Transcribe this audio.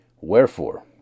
Wherefore